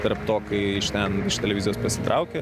tarp to kai iš ten iš televizijos pasitraukia